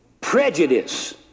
prejudice